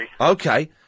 Okay